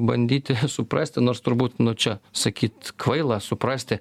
bandyti suprasti nors turbūt nu čia sakyt kvaila suprasti